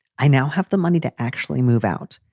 i now have the money to actually move out,